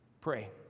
pray